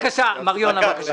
בבקשה, מר יונה.